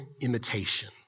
imitation